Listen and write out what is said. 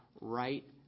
right